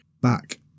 back